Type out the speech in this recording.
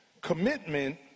Commitment